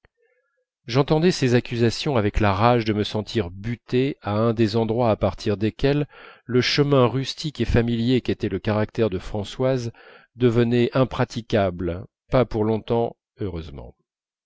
j'entendais ces accusations avec la rage de me sentir buter à un des endroits à partir desquels le chemin rustique et familier qu'était le caractère de françoise devenait impraticable pas pour longtemps heureusement